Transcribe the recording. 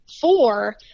four